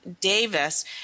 Davis